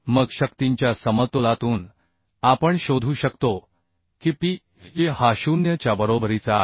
मग शक्तींच्या समतोलातून आपण शोधू शकतो की p हा 0 च्या बरोबरीचा आहे